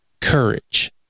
courage